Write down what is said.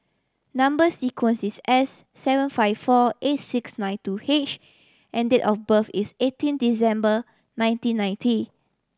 number sequence is S seven five four eight six nine two H and date of birth is eighteen December nineteen ninety